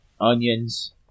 onions